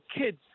kids